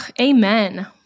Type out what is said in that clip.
Amen